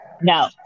No